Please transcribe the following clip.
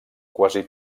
quasi